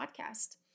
podcast